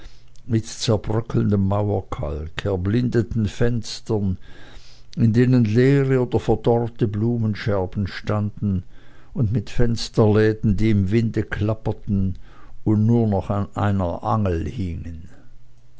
mit zerbröckelndem mauerkalk erblindeten fenstern in denen leere oder verdorrte blumenscherben standen und mit fensterläden die im winde klapperten und nur noch an einer angel hingen